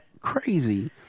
Crazy